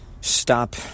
stop